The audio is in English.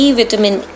vitamin